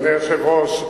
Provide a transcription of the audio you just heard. אדוני היושב-ראש,